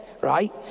right